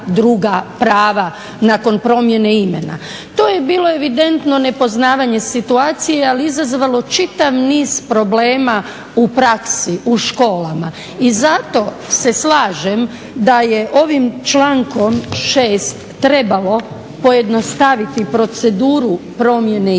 To je bilo evidentno nepoznavanje situacije, ali je izazvalo čitav niz problema u praksi, u školama. I zato se slažem da je ovim člankom 6. trebalo pojednostaviti proceduru promjene imena.